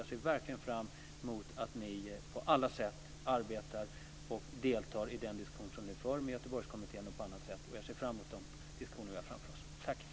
Jag ser verkligen fram emot att ni på alla sätt arbetar och deltar i den diskussion som vi nu för med Göteborgskommittén och på annat sätt. Jag ser fram emot de diskussioner vi har framför oss.